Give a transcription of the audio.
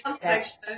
section